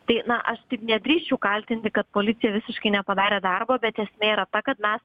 tai na aš taip nedrįsčiau kaltinti kad policija visiškai nepadarė darbo bet esmė yra ta kad mes